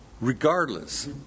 Regardless